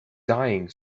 dying